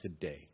today